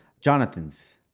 Jonathan's